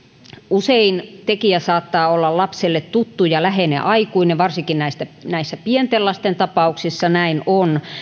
usein tekijä saattaa olla lapselle tuttu ja läheinen aikuinen varsinkin näissä pienten lasten tapauksissa näin on